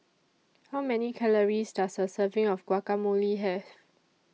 How Many Calories Does A Serving of Guacamole Have